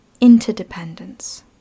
interdependence